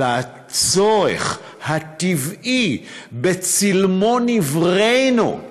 אלא הצורך הטבעי שבצלמו נבראנו,